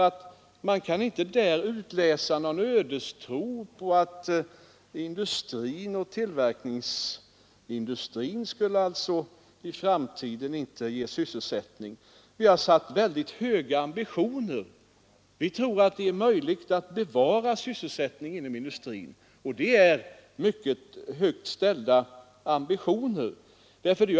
Man kan nämligen inte ur dem utläsa någon ödestro att tillverkningsindustrin i framtiden inte skulle ge sysselsättning. Vi har där satt ambitionerna mycket högt. Vi tror att det är möjligt att bevara sysselsättningen inom industrin — och det är mycket högt ställda ambitioner!